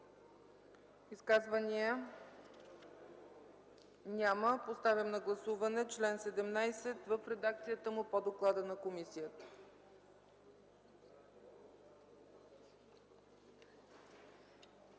Изказвания? Няма. Подлагам на гласуване § 9 в редакцията по доклада на комисията.